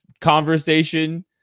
conversation